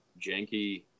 janky